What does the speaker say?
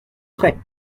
prêt